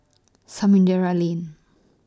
Samudera Lane